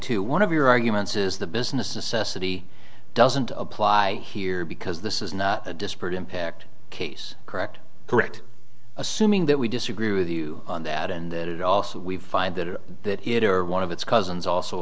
to one of your arguments is the business assess a t doesn't apply here because this is not a disparate impact case correct correct assuming that we disagree with you on that and that also we find that it or one of its cousins also